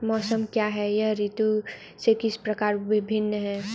मौसम क्या है यह ऋतु से किस प्रकार भिन्न है?